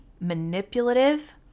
manipulative